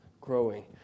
growing